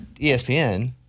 ESPN